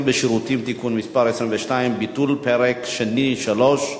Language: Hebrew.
ושירותים (תיקון מס' 22) (ביטול פרק שני 3),